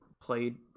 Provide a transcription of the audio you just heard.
played